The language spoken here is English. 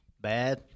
Bad